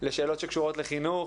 לשאלות שקשורות לחינוך.